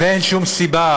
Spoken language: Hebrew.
ואין שום סיבה,